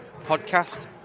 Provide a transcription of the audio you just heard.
podcast